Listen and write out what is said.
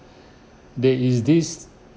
there is this